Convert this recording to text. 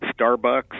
Starbucks